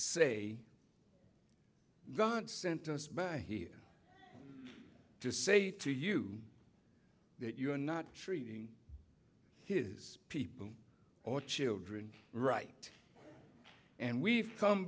say god sent us back here to say to you that you're not treating his people or children right and we've come